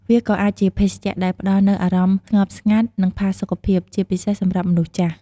វាក៏អាចជាភេសជ្ជៈដែលផ្តល់នូវអារម្មណ៍ស្ងប់ស្ងាត់ និងផាសុខភាព ជាពិសេសសម្រាប់មនុស្សចាស់។